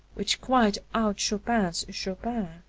which quite out-chopins chopin.